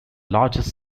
largest